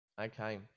Okay